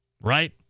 Right